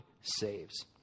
saves